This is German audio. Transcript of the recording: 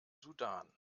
sudan